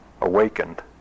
awakened